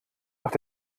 nach